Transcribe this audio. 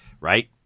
right